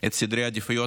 את סדרי העדיפויות,